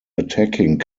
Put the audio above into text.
attacking